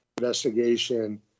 investigation